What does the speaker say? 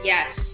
Yes